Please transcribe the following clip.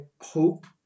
hope